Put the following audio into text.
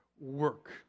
work